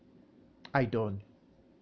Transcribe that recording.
I don't